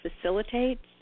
facilitates